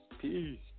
Peace